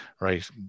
Right